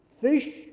fish